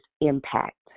impact